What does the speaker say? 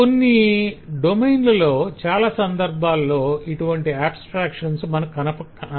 కాని కొన్ని డొమైన్లలో చాలా సందర్భాలలో ఇటువంటి అబస్త్రాక్షన్స్ మనకు కనపడక పోవచ్చు